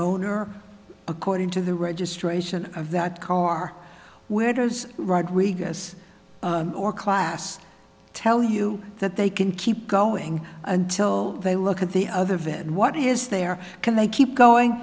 owner according to the registration of that car where those rodriguez or class tell you that they can keep going until they look at the other then what is there can they keep going